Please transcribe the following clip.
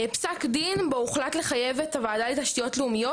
פסק דין בו הוחלט לחייב את הוועדה לתשתיות לאומיות,